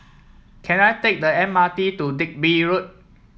can I take the M R T to Digby Road